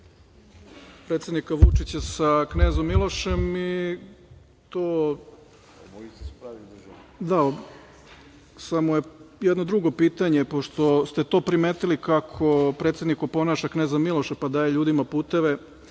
predsednika Vučića sa knezom Milošem. Samo je jedno drugo pitanje, pošto ste to primetili kako predsednik oponaša kneza Miloša pa daje ljudima puteve